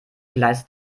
gleis